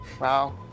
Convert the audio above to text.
Wow